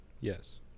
Yes